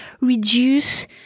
reduce